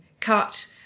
cut